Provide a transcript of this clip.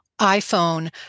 iPhone